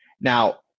Now